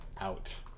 out